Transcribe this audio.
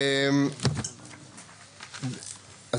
אז